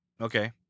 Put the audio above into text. Okay